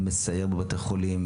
מסייר בבתי חולים,